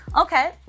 okay